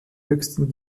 höchsten